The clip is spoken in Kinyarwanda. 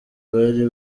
bari